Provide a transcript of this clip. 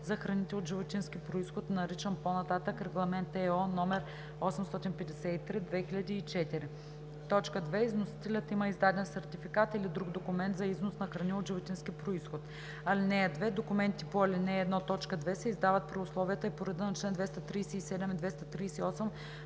за храните от животински произход, наричан по-нататък „Регламент (ЕО) № 853/2004“; 2. износителят има издаден сертификат или друг документ за износ на храни от животински произход. (2) Документите по ал. 1, т. 2 се издават при условията и по реда на чл. 237 и 238